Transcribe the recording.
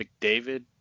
McDavid